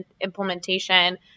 implementation